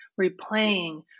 replaying